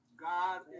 God